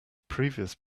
previous